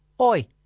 Oi